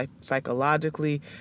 psychologically